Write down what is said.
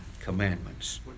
commandments